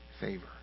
favor